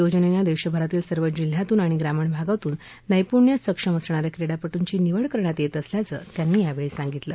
योजनेने देशभरातील सर्व जिल्ह्यातून आणि ग्रामीण भागातून नैप्ण्य सक्षम असणा या क्रीडापट्ंची निवड करण्यात येत असल्याचे त्यांनी यावेळी सांगितलं